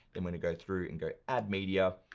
then wanna go through and go add media.